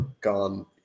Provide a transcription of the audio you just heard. gone